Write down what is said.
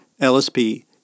LSP